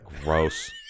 Gross